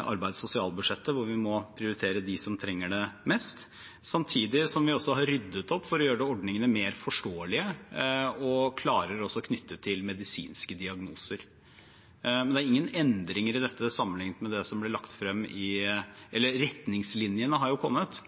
arbeids- og sosialbudsjettet, hvor vi må prioritere dem som trenger det mest. Samtidig har vi også ryddet opp for å gjøre ordningene mer forståelige og klarere knyttet til medisinske diagnoser. Men det er ingen endringer i dette sammenlignet med det som ble lagt frem tidligere – eller retningslinjene har jo kommet,